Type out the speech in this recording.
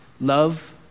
Love